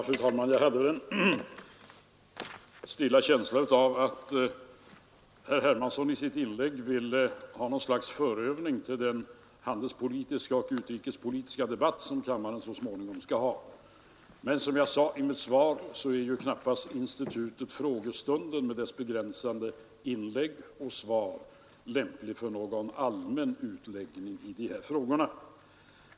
Fru talman! Jag fick en känsla av att herr Hermansson med sitt inlägg ville ha något slags förövning till den handelspolitiska och utrikespolitiska debatt som riksdagen så småningom skall ha. Som jag sade i mitt svar är knappast institutet enkla frågor med dess begränsade inlägg lämpligt för någon allmän utläggning i dessa frågor.